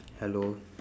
hello